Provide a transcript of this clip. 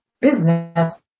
business